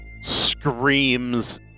screams